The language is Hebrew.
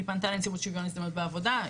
היא פנתה לנציבות שוויון הזדמנויות בעבודה,